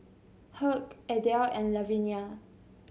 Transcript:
Hugh Adele and Lavinia